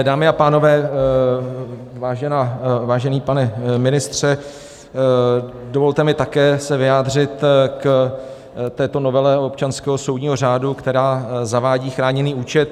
Dámy a pánové, vážený pane ministře, dovolte mi také se vyjádřit k této novele občanského soudního řádu, která zavádí chráněný účet.